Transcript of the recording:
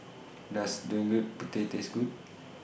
Does Gudeg Putih Taste Good